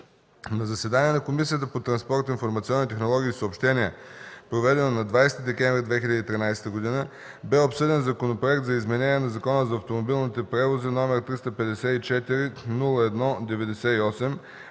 На заседание на Комисията по транспорт, информационни технологии и съобщения, проведено на 20 декември 2013 г., бе обсъден Законопроект за изменение на Закона за автомобилните превози, № 354-01-98,